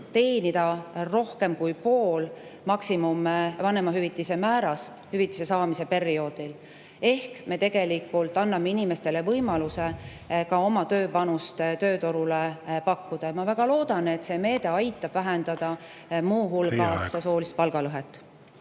teenida rohkem kui poole vanemahüvitise maksimummäärast hüvitise saamise perioodil, ehk me tegelikult anname inimestele võimaluse ka oma tööpanust tööturule pakkuda. Ja ma väga loodan, et see meede aitab vähendada muu hulgas...